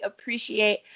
appreciate